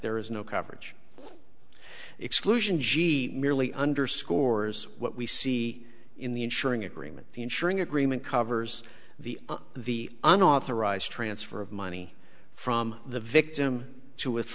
there is no coverage exclusion she merely underscores what we see in the ensuring agreement the ensuring agreement covers the the unauthorized transfer of money from the victim to